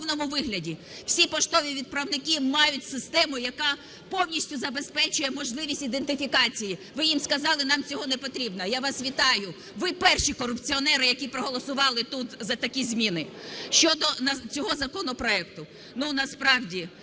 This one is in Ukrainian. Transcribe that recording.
підтримали в повному вигляді! Всі поштові відправники мають систему, яка повністю забезпечує можливість ідентифікації. Ви їм сказали: нам цього не потрібно. Я вас вітаю, ви перші корупціонери, які проголосували тут за такі зміни. Щодо цього законопроекту.